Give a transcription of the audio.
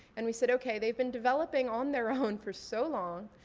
and we said okay, they've been developing on their own for so long,